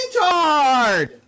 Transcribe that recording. Retard